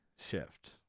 shift